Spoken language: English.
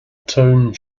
tone